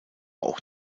auch